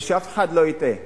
ושאף אחד לא יטעה,